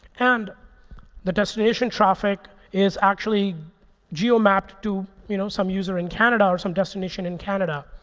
and the destination traffic is actually geomapped to you know some user in canada or some destination in canada.